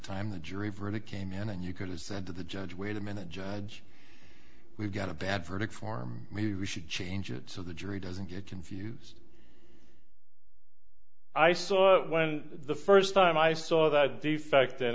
time the jury verdict came in and you could have said to the judge wait a minute judge we've got a bad verdict form we should change it so the jury doesn't get confused i saw when the first time i saw that defect